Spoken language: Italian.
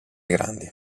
grandi